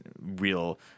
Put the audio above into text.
real